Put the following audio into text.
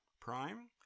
Prime